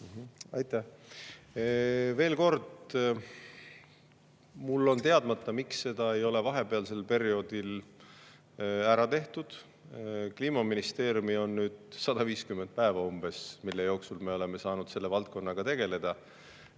Aitäh! Veel kord: mulle on teadmata, miks seda ei ole vahepealsel perioodil ära tehtud. Kliimaministeeriumi on olnud nüüd umbes 150 päeva, selle jooksul me oleme saanud selle valdkonnaga tegeleda.